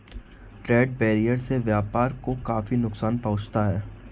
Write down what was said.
trade barrier से व्यापार को काफी नुकसान पहुंचता है